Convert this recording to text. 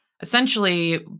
essentially